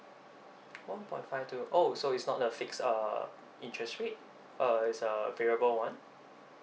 one point five two oh so it's not a fixed uh interest rate uh it's a variable one